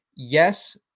Yes